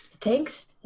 Thanks